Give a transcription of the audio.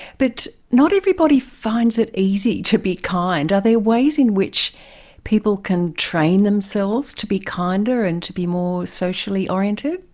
but not everybody finds it easy to be kind. are there ways in which people can train themselves to be kinder and to be more socially oriented?